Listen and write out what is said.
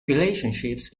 relationships